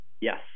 Yes